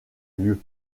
lieu